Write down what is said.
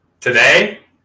Today